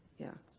yeah.